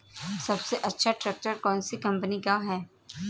सबसे अच्छा ट्रैक्टर कौन सी कम्पनी का है?